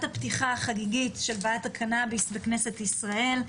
הפתיחה החגיגית של ועדת הקנאביס בכנסת ישראל,